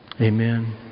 Amen